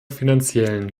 finanziellen